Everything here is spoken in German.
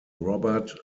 robert